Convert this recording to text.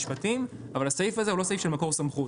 המשפטים אבל הסעיף הזה הוא לא סעיף של מקור סמכות.